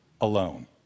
alone